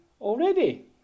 already